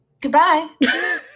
Goodbye